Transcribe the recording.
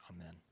Amen